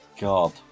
God